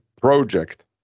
project